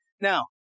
Now